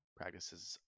practices